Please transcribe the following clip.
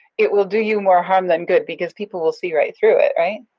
it will do you more harm than good because people will see right through it, right?